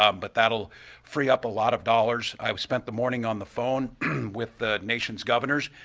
um but that will free up a lot of dollars. i've spent the morning on the phone with the nation's governors